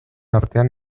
artean